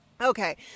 okay